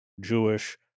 jewish